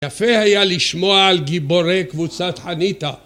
יפה היה לשמוע על גיבורי קבוצת חניתא